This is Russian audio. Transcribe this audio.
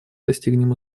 достигнем